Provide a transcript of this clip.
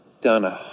done